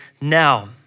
now